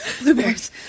blueberries